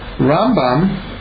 Rambam